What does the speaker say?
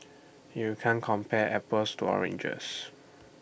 you can't compare apples to oranges